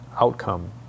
outcome